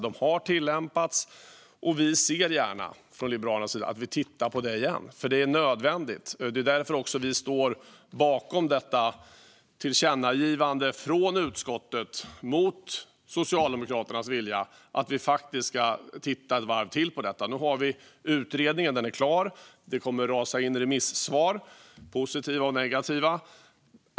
De har tillämpats, och vi ser gärna från Liberalernas sida att vi tittar på detta igen - det är nödvändigt. Det är också därför vi står bakom tillkännagivandet från utskottet om att vi ska titta ett varv till på detta, vilket går emot Socialdemokraternas vilja. Utredningen är klar. Det kommer att rasa in remissvar, positiva och negativa.